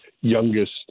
youngest